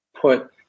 put